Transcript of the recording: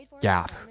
gap